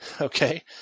Okay